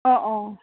অঁ অঁ